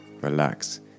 relax